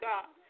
God